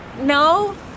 No